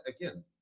again